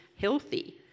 healthy